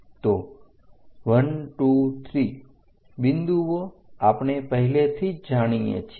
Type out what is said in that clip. તો 123 બિંદુઓ આપણે પહેલેથી જ જાણીએ છીએ